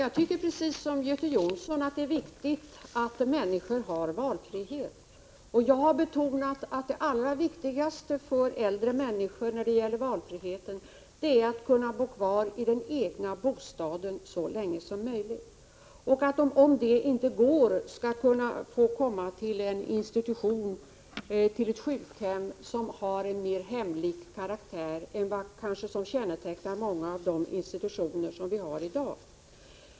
Jag tycker precis som Göte Jonsson att det är viktigt att människor har valfrihet, och jag har betonat att det allra viktigaste för äldre människor när det gäller valfriheten är att de skall kunna bo kvar i den egna bostaden så länge som möjligt och att de, om det inte går, skall kunna få komma till ett sjukhem som har en mer hemlik karaktär än vad som kanske kännetecknar många av de institutioner som vi har i dag.